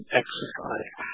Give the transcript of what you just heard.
exercise